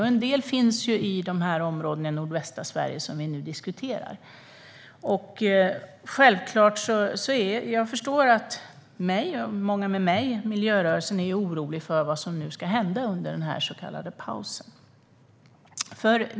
Och en del finns i områdena i nordvästra Sverige som vi nu diskuterar. Jag och många med mig inom miljörörelsen är oroliga för vad som nu ska hända under den här så kallade pausen.